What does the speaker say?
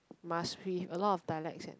must with a lot of dialects eh